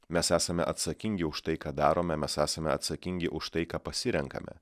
mes esame atsakingi už tai ką darome mes esame atsakingi už tai ką pasirenkame